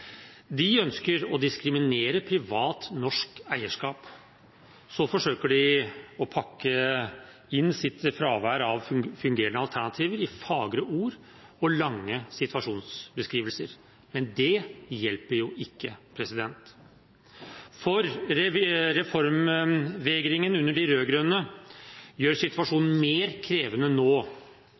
De ønsker å diskriminere privat norsk eierskap. Så forsøker de å pakke inn sitt fravær av fungerende alternativer i fagre ord og lange situasjonsbeskrivelser, men det hjelper jo ikke. Reformvegringen under de rød-grønne gjør situasjonen mer krevende nå.